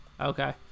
Okay